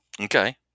Okay